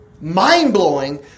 mind-blowing